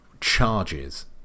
charges